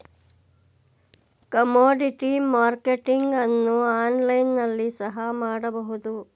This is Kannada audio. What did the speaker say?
ಕಮೋಡಿಟಿ ಮಾರ್ಕೆಟಿಂಗ್ ಅನ್ನು ಆನ್ಲೈನ್ ನಲ್ಲಿ ಸಹ ಮಾಡಬಹುದು